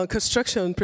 Construction